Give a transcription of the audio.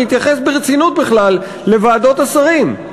נתייחס ברצינות בכלל לוועדות השרים?